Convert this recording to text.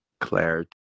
clarity